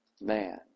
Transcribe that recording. man